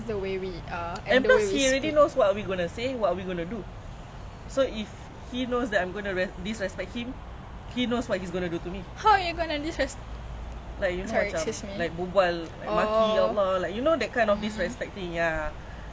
I've never seen a muslim like righteous of para muslim say that like !alah! but then like maki !alah! also like did you see the french people right that was like